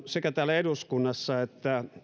sekä täällä eduskunnassa että